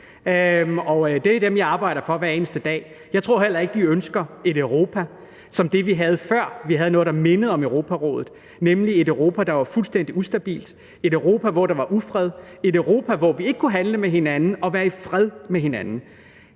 mig. Det er dem, jeg arbejder for hver eneste dag. Jeg tror heller ikke, at de ønsker et Europa som det, vi havde før, vi havde noget, der mindede om Europarådet – nemlig et Europa, der var fuldstændig ustabilt, et Europa, hvor der var ufred, og et Europa, hvor vi ikke kunne handle med hinanden og være i fred med hinanden.